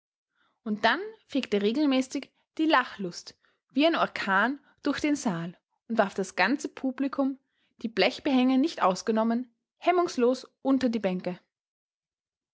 und dann fegte regelmäßig die lachlust wie ein orkan durch den saal und warf das ganze publikum die blechbehänge nicht ausgenommen hemmungslos unter die bänke